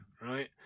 Right